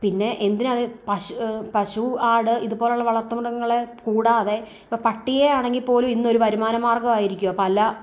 പിന്നെ എന്തിനാണ് പശു പശു ആട് ഇതുപോലെയുള്ള വളർത്തുമൃഗങ്ങളെ കൂടാതെ ഇപ്പം പട്ടിയെ ആണെങ്കിൽ പോലും ഇന്ന് ഒരു വരുമാന മാർഗമായിരിക്കുവാണ് പല